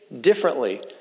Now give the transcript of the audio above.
differently